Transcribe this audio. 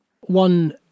One